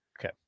Okay